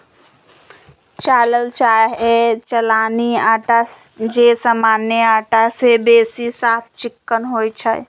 चालल चाहे चलानी अटा जे सामान्य अटा से बेशी साफ चिक्कन होइ छइ